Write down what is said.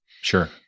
Sure